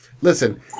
Listen